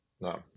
no